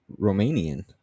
romanian